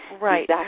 Right